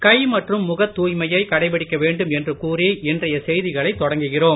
கை மற்றும் முகத் தூய்மையை கடைபிடிக்க வேண்டும் என்று செய்திகளை தொடங்குகிறோம்